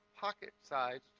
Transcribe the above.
pocket-sized